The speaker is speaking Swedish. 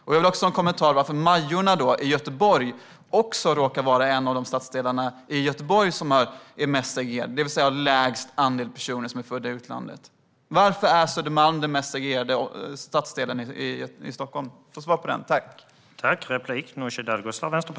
Jag vill också ha en kommentar till varför även Majorna i Göteborg råkar vara en av de stadsdelar i Göteborg som är mest segregerad, det vill säga har minst andel personer som är födda i utlandet. Varför är Södermalm den mest segregerade stadsdelen i Stockholm? Det vill jag ha svar på.